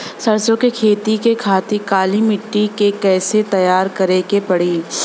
सरसो के खेती के खातिर काली माटी के कैसे तैयार करे के पड़ी?